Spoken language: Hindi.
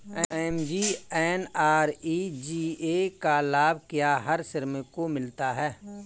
एम.जी.एन.आर.ई.जी.ए का लाभ क्या हर श्रमिक को मिलता है?